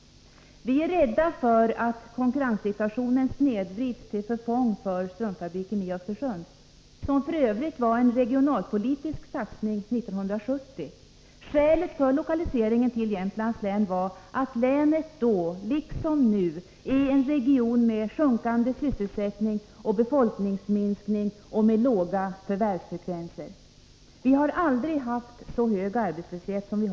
Vi är rädda för att konkurrenssituationen snedvrids till förfång för strumpfabriken i Östersund, som f. ö. var resultatet av en regionalpolitisk satsning 1970. Skälet för lokaliseringen till Jämtlands län var att länet då, liksom nu, är en region med sjunkande sysselsättning, befolkningsminskning och låga förvärvsfrekvenser. Vi har aldrig haft så hög arbetslöshet som nu.